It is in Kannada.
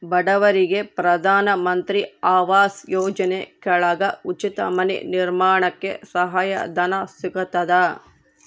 ಬಡವರಿಗೆ ಪ್ರಧಾನ ಮಂತ್ರಿ ಆವಾಸ್ ಯೋಜನೆ ಕೆಳಗ ಉಚಿತ ಮನೆ ನಿರ್ಮಾಣಕ್ಕೆ ಸಹಾಯ ಧನ ಸಿಗತದ